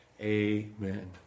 Amen